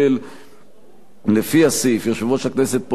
לפי הסעיף יושב-ראש הכנסת פונה לוועדה הנוגעת בדבר,